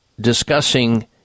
discussing